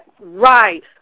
Right